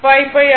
155 ஆகும்